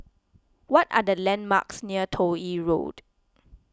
what are the landmarks near Toh Yi Road